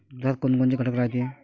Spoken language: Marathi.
दुधात कोनकोनचे घटक रायते?